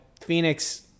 Phoenix